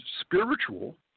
spiritual